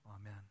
Amen